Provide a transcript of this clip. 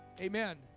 Amen